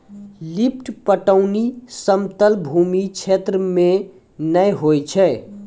lift पटौनी समतल भूमी क्षेत्र मे नै होय छै